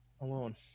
alone